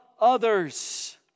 others